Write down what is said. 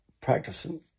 practicing